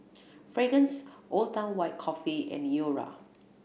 Fragrance Old Town White Coffee and Iora